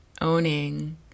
owning